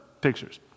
pictures